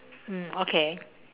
mm okay